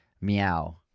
meow